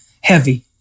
heavy